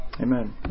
Amen